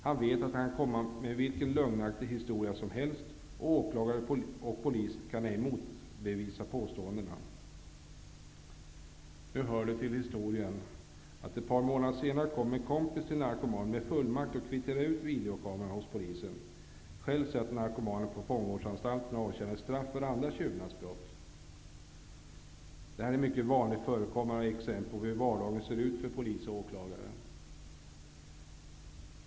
Han vet att han kan komma med vilken lögnaktig historia som helst, och åklagare och polis kan inte motbevisa påståendena. Nu hör det till historien att en kompis till narkomanen ett par månader senare kom med en fullmakt och kvitterade ut videokameran hos polisen. Själv satt narkomanen på fångvårdsanstalt och avtjänade straff för andra tjuvnadsbrott. Det här är ett mycket vanligt förekommande exempel på hur vardagen ser ut för polis och åklagare.